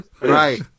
Right